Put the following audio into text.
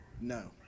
No